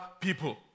people